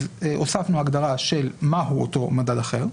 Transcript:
אז הוספנו הגדרה מהו אותו "מדד אחר".